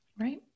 Right